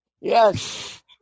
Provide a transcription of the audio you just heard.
Yes